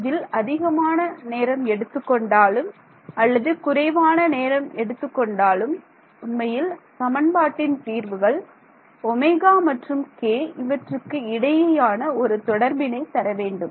இதில் அதிகமான நேரம் எடுத்துக் கொண்டாலும் அல்லது குறைவான நேரம் எடுத்துக் கொண்டாலும் உண்மையில் சமன்பாட்டின் தீர்வுகள் ω மற்றும் k இவற்றுக்கு இடையேயான ஒரு தொடர்பினை தரவேண்டும்